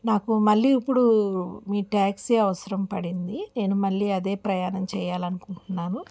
నాకు మళ్ళీ ఇప్పుడూ మీ ట్యాక్సీ అవసరం పడింది నేను మళ్ళీ అదే ప్రయాణం చేయాలని అనుకుంటున్నాను